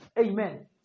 Amen